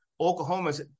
Oklahoma's